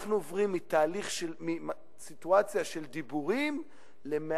אנחנו עוברים מסיטואציה של דיבורים למעשים,